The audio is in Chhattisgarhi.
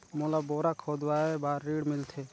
मोला बोरा खोदवाय बार ऋण मिलथे?